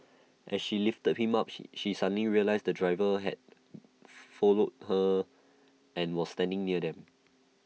as she lifted him up she she suddenly realised the driver had followed her and was standing near them